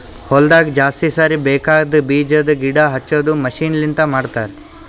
ಹೊಲದಾಗ ಜಾಸ್ತಿ ಸಾರಿ ಬೇಕಾಗದ್ ಬೀಜದ್ ಗಿಡ ಹಚ್ಚದು ಮಷೀನ್ ಲಿಂತ ಮಾಡತರ್